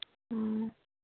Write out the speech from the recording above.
ꯑꯣ